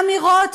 אמירות,